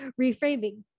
reframing